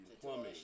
plumbing